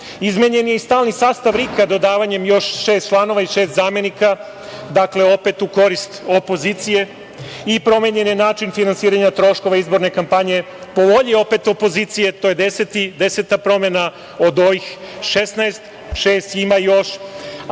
je i stalni sastav RIK, dodavanjem još 6 članova i 6 zamenika, opet u korist opozicije i promenjen je način finansiranja troškova izborne kampanje, po volji opet opozicije, to je deseta promena, od ovih 16, ima još